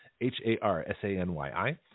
H-A-R-S-A-N-Y-I